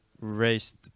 raised